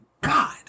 God